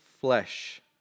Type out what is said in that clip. flesh